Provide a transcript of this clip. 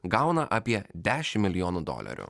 gauna apie dešimt milijonų dolerių